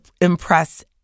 impress